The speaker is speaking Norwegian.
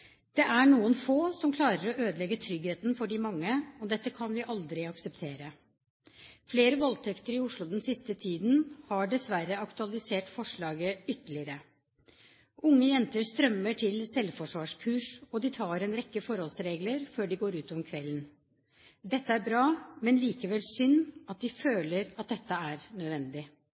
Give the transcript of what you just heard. Det er noen få som klarer å ødelegge tryggheten for de mange, og dette kan vi aldri akseptere. Flere voldtekter i Oslo den siste tiden har dessverre aktualisert forslaget ytterligere. Unge jenter strømmer til selvforsvarskurs, og de tar en rekke forholdsregler før de går ut om kvelden. Dette er bra, men det er likevel synd at de føler at dette er nødvendig.